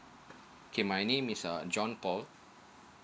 okay my name is um john paul